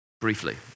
briefly